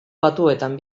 batuetan